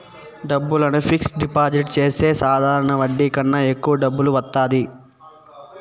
డబ్బులను fixed deposit చేస్తే సాధారణ వడ్డీ కన్నా ఎక్కువ వత్తాది